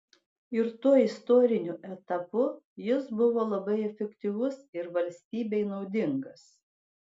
ir tuo istoriniu etapu jis buvo labai efektyvus ir valstybei naudingas